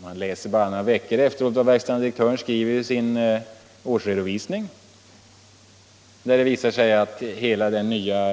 Några veckor senare framgår det av verkställande direktörens årsredovisning att hela den nya